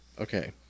Okay